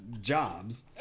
jobs